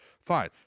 Fine